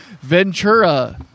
Ventura